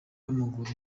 w’amaguru